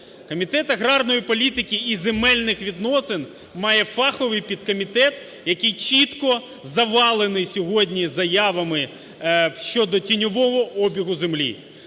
Комітет з аграрної політики і земельних відносин має фаховий підкомітет, який чітко завалений сьогодні заявами щодо тіньового обігу землі.